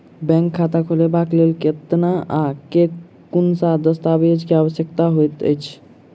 Bank खाता खोलबाबै केँ लेल केतना आ केँ कुन सा दस्तावेज केँ आवश्यकता होइ है?